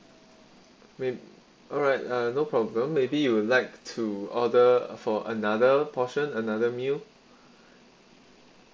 may alright uh no problem maybe you would like to order for another portion another meal